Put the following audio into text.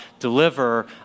deliver